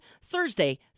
Thursday